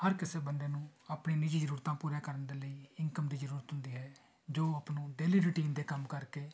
ਹਰ ਕਿਸੇ ਬੰਦੇ ਨੂੰ ਆਪਣੀ ਨਿੱਜੀ ਜ਼ਰੂਰਤਾਂ ਪੂਰੀਆਂ ਕਰਨ ਦੇ ਲਈ ਇਨਕਮ ਦੀ ਜ਼ਰੂਰਤ ਹੁੰਦੀ ਹੈ ਜੋ ਆਪਾਂ ਨੂੰ ਡੇਲੀ ਰੂਟੀਨ ਦੇ ਕੰਮ ਕਰਕੇ